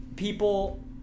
people